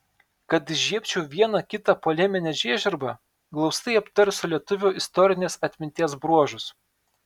kad įžiebčiau vieną kitą poleminę žiežirbą glaustai aptarsiu lietuvių istorinės atminties bruožus